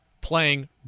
playing